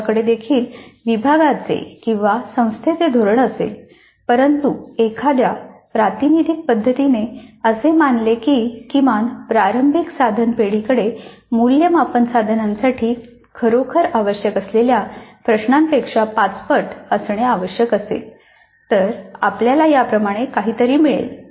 आमच्याकडेदेखील विभागाचे किंवा संस्थेचे धोरण असेल परंतु एखाद्या प्रातिनिधिक पद्धतीने असे मानले की किमान प्रारंभिक साधन पेढीेकडे मूल्यमापन साधनांसाठी खरोखर आवश्यक असलेल्या प्रश्नांपेक्षा पाचपट असणे आवश्यक असेल तर आपल्याला या प्रमाणे काहीतरी मिळेल